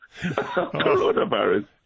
coronavirus